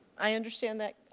i understand that.